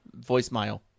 Voicemail